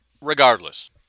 Regardless